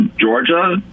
Georgia